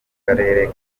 karere